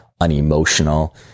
unemotional